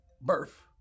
birth